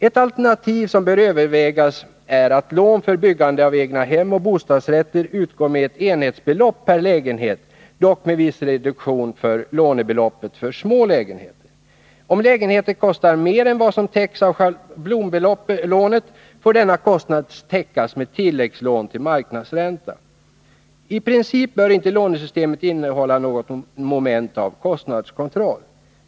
Ett alternativ som bör övervägas är att lån för byggande av egnahem och bostadsrätter utgår med ett enhetsbelopp per lägenhet, dock med viss reduktion av lånebeloppet för små lägenheter. Om lägenheten kostar mer än vad som täcks av schablonlånet, får denna kostnad täckas med tilläggslån till marknadsränta. I princip bör inte lånesystemet innehålla något moment av kostnadskontroll.